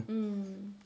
mm